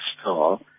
Star